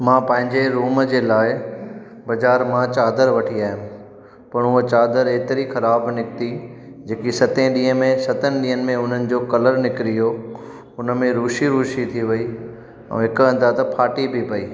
मां पंहिंजे रूम जे लाइ बाज़ारि मां चादरु वठी आयुमि पर उहा चादरु एतिरी ख़राबु निकिती जेकी सत ॾींहं में सत ॾींहंनि में हुननि जो कलर निकिरी वियो उन में रुशि रुशि थी वई ऐं हिकु हंधि त फाटी बि वई